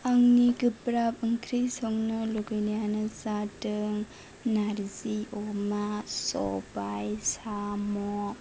आंनि गोब्राब ओंख्रि संनो लुगैनायानो जादों नार्जि अमा सबाय साम'